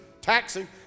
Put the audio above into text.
taxing